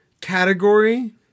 category